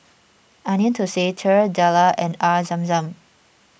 Onion Thosai Telur Dadah and Air Zam Zam